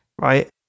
Right